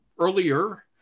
earlier